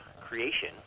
creation